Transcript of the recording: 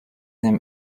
them